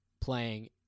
playing